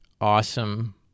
awesome